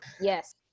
Yes